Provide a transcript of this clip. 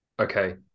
Okay